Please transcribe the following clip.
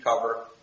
cover